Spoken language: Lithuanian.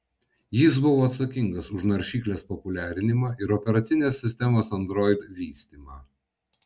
jis buvo atsakingas už naršyklės populiarinimą ir operacinės sistemos android vystymą